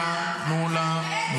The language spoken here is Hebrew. שרון,